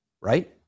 right